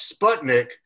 Sputnik